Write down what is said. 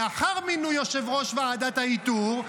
לאחר מינוי יושב-ראש ועדת האיתור,